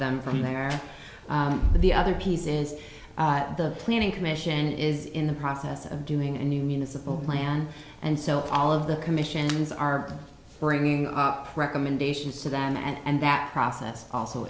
them from there the other pieces the planning commission is in the process of doing a new municipal plan and so all of the commissioners are bringing recommendations to them and that process also